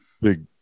big